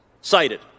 cited